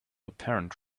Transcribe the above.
apparent